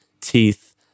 teeth